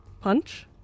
punch